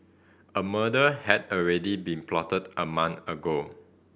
a murder had already been plotted a month ago